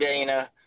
Dana